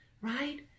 right